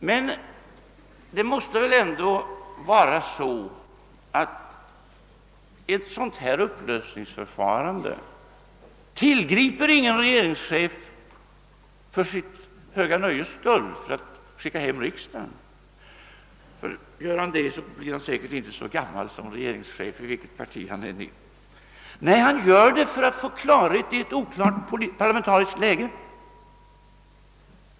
Men det måste väl ändå vara så, att ingen regeringschef tillgriper ett sådant här upplösningsförfarande för sitt eget höga nöjes skull. Gör han det, blir han säkert inte så gammal som regeringschef, oavsett vilket parti han tillhör. Nej, han gör det för att få klarhet i ett oklart parlamentariskt läge.